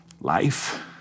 life